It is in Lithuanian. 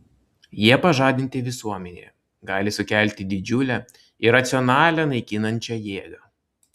jie pažadinti visuomenėje gali sukelti didžiulę iracionalią naikinančią jėgą